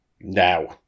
Now